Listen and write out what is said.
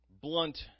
Blunt